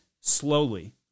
slowly